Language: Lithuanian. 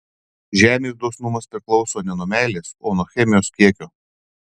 žemės dosnumas priklauso ne nuo meilės o nuo chemijos kiekio